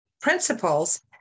principles